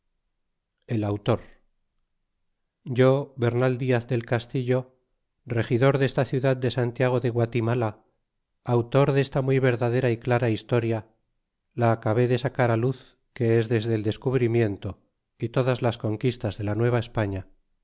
el autor yo bernal diaz del castillo regidor desta ciudad de santiago de guatimala autor desta muy verdadera y clara historia la acabé de sacar á luz que es desde el descubrimiento y todas las conquistas de la